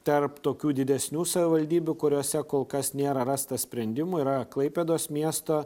tarp tokių didesnių savivaldybių kuriose kol kas nėra rasta sprendimų yra klaipėdos miesto